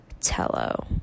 tello